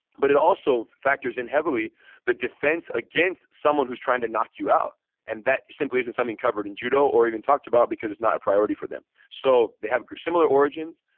but it also factors in heavily the defense against someone who's trying to knock you out and that simply isn't something covered in judo or even talked about because it's not a priority for them so they have similar origins,